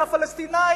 זה הפלסטינים.